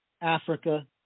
Africa